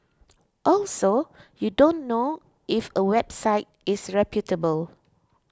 also you don't know if a website is reputable